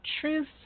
truth